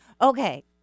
Okay